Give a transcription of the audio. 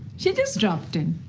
she just dropped in